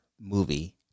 movie